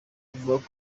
avuga